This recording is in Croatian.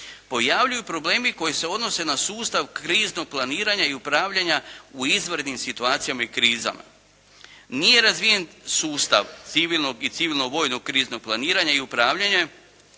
pojavljuju problemi koji se odnose na sustav kriznog planiranja i upravljanja u izvanrednim situacijama i krizama. Nije razvijen sustav civilnog i civilno-vojnog kriznog planiranja i upravljanje